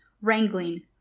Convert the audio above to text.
Wrangling